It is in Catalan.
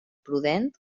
prudent